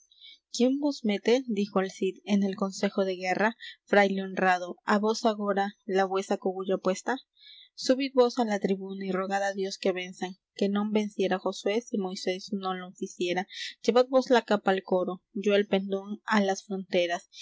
quién vos mete dijo el cid en el consejo de guerra fraile honrado á vos agora la vuesa cogulla puesta subid vos á la tribuna y rogad á dios que venzan que non venciera josué si moisés non lo ficiera llevad vos la capa al coro yo el pendón á las fronteras